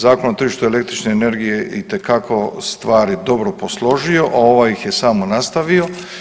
Zakon o tržištu električne energije itekako je stvari dobro posložio, a ovaj ih je samo nastavio.